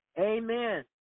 Amen